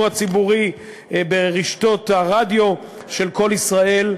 הציבורי ברשתות הרדיו של "קול ישראל".